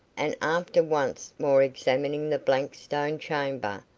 and after once more examining the blank stone chamber,